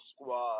Squad